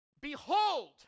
Behold